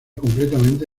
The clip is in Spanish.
completamente